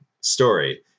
story